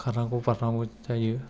खारनांगौ बारनांगौ जायो